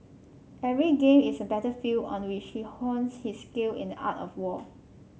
every game is a battlefield on which he hones his skill in the art of war